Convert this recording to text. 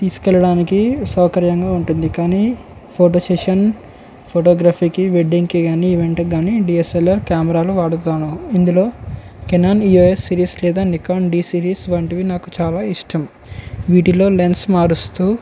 తీసుకు వెళ్లడానికి సౌకర్యంగా ఉంటుంది కానీ ఫోటోసేషన్ ఫోటోగ్రఫీకి వెడ్డింగ్కి కానీ ఈవెంట్కి కానీ డిఎస్ఎల్ఆర్ కెమెరాలు వాడుతాను ఇందులో కెనాన్ ఈఓఎస్ సిరీస్ లేదా నికాన్ డీ సిరీస్ వంటివి నాకు చాలా ఇష్టం వీటిలో లెన్స్ మారుస్తు